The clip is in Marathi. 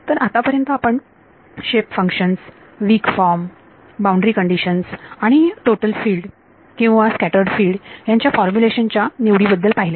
तर आतापर्यंत आपण shape functions weak form boundary condition आणि टोटल फील्ड किंवा स्कॅटर्ड फिल्ड त्यांच्या फॉर्मुलेशन च्या निवडीबद्दल पाहिले